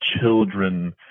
children